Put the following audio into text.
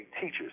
teachers